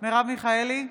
מרב מיכאלי,